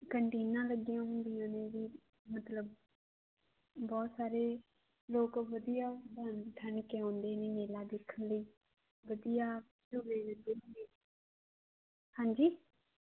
ਕੰਟੀਨਾਂ ਲੱਗੀਆਂ ਹੁੰਦੀਆਂ ਨੇ ਮਤਲਬ ਬਹੁਤ ਸਾਰੇ ਲੋਕ ਵਧੀਆ ਬਣ ਥਾਂਣ ਕੇ ਆਉਂਦੇ ਨੇ ਮੇਲਾ ਦੇਖਣ ਲਈ ਵਧੀਆ ਹਾਂਜੀ